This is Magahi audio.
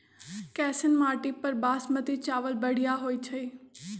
कैसन माटी पर बासमती चावल बढ़िया होई छई?